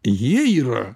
jie yra